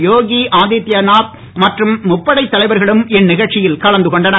யோகி ஆதித்யநாத் மற்றும் முப்படைத் தலைவர்களும் இந்நிகழ்ச்சியில் கலந்து கொண்டனர்